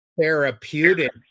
therapeutic